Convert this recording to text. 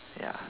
ya